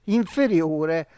inferiore